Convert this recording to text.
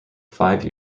five